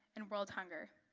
and world hunger.